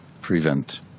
prevent